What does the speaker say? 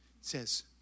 says